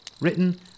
written